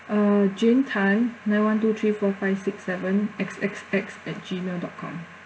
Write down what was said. uh jane tan nine one two three four five six seven X X X at gmail dot com